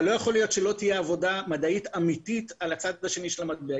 אבל לא יכול להיות שלא תהיה עבודה מדעית אמיתית על הצד השני של המטבע.